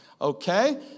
okay